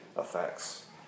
effects